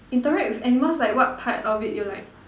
interact with animals like what type of it you like